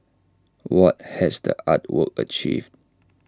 what has the art work achieved